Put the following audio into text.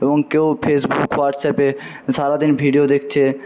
এবং কেউ ফেসবুক হোয়াটসঅ্যাপে সারা দিন ভিডিও দেখছে